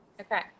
Okay